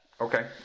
okay